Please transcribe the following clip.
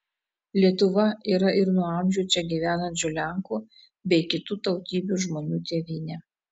lietuva yra ir nuo amžių čia gyvenančių lenkų bei kitų tautybių žmonių tėvynė